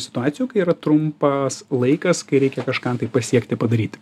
situacijų kai yra trumpas laikas kai reikia kažką tai pasiekti padaryti